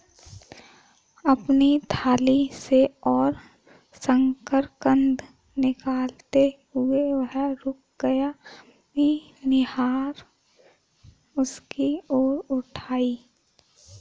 अपनी थाली से और शकरकंद निकालते हुए, वह रुक गया, अपनी निगाह उसकी ओर उठाई